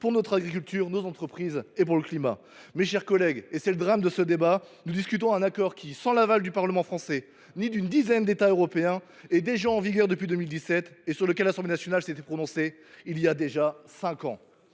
pour notre agriculture, pour nos entreprises et pour le climat. Mes chers collègues, c’est le drame de ce débat, nous discutons d’un accord qui, sans l’aval du Parlement français ni d’une dizaine d’États européens, est déjà en vigueur depuis 2017 et sur lequel l’Assemblée nationale s’était prononcée il y a déjà cinq ans.